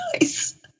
nice